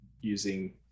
using